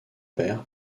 père